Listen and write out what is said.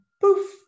poof